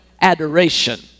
adoration